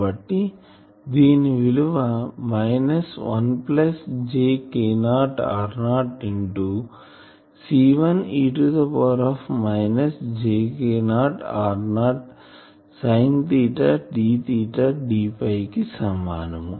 కాబట్టి దీని విలువ minus 1 plus jK0 r0 into C1 e jk0 r0 sine theta d d కి సమానం